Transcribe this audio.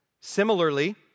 Similarly